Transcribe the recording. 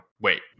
wait